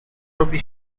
robi